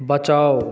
बचाउ